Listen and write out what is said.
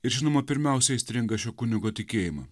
ir žinoma pirmiausiai įstringa šio kunigo tikėjimą